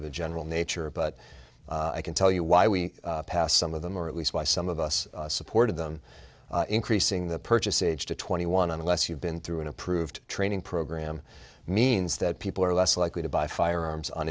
a general nature but i can tell you why we passed some of them or at least why some of us supported them increasing the purchase age to twenty one unless you've been through an approved training program means that people are less likely to buy firearms on